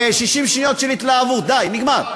60 שניות של התלהבות, די, נגמר.